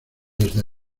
desde